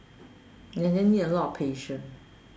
and then need a lot of patience